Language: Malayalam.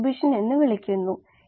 ഇനി നമുക്ക് തുടരാം